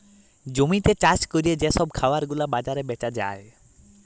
জমিতে চাষ ক্যরে যে সব খাবার গুলা বাজারে বেচা যায়